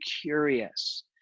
curious